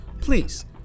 please